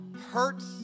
hurts